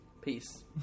Peace